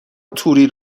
توری